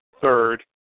third